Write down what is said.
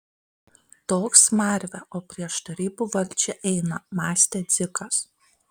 toks smarvė o prieš tarybų valdžią eina mąstė dzikas